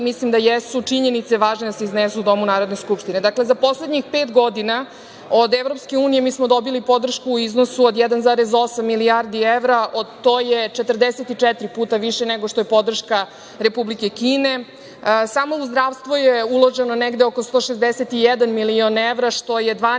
mislim da jesu činjenice važne da se iznesu u Domu Narodne skupštine.Za poslednjih pet godina od EU smo dobili podršku u iznosu od 1,8 milijardi evra, što je 44 puta više nego što je podrška Republike Kine. Samo u zdravstvo je uloženo negde oko 161 milion evra, što je 12